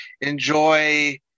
enjoy